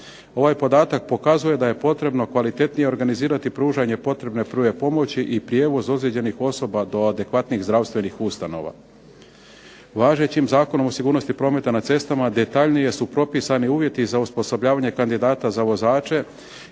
Ovaj podatak pokazuje da je potrebno kvalitetnije organizirati pružanje potrebne prve pomoći i prijevoz ozlijeđenih osoba do adekvatnih zdravstvenih ustanova. Važećim Zakonom o sigurnosti prometa na cestama detaljnije su propisani uvjeti za osposobljavanje kandidata za vozače